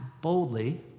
boldly